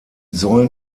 sollen